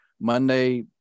monday